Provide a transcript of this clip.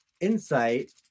Insight